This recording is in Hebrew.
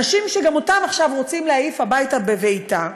אנשים שגם אותם עכשיו רוצים להעיף הביתה בבעיטה.